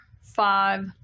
five